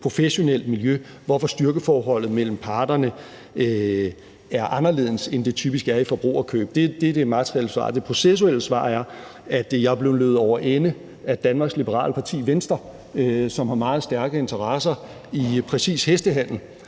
professionelt miljø, hvorfor styrkeforholdet mellem parterne er anderledes, end det typisk er i forbrugerkøb. Det er det materielle svar. Det processuelle svar er, at jeg er blevet løbet over ende af Venstre, Danmarks Liberale Parti, som har meget stærke interesser i præcis hestehandel